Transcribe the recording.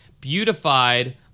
beautified